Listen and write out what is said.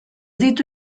ditu